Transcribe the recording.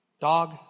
Dog